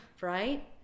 Right